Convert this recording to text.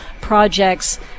projects